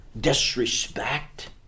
disrespect